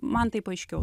man taip aiškiau